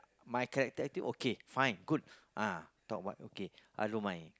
my character attitude okay fine good ah talk what okay I don't mind